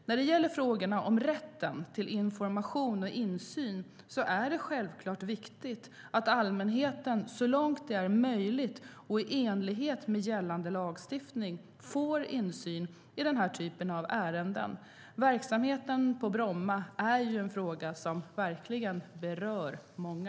När det gäller frågorna om rätten till information och insyn är det självklart viktigt att allmänheten så långt det är möjligt, och i enlighet med gällande lagstiftning, får insyn i den här typen av ärenden - verksamheten på Bromma är ju en fråga som verkligen berör många.